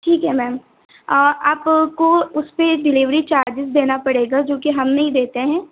ठीक है मैम आपको उसपर डिलीवरी चार्जेस देना पड़ेगा जो कि हम नहीं देते हैं